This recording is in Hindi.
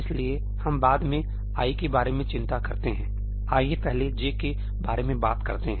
इसलिए हम बाद में 'i' के बारे में चिंता करते हैं आइए पहले 'j' के बारे में बात करते हैं